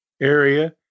area